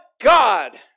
God